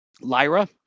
Lyra